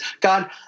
God